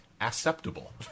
acceptable